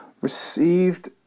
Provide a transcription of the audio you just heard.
received